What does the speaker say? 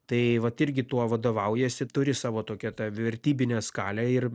tai vat irgi tuo vadovaujiesi turi savo tokią tą vertybinę skalę ir